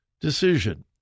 decision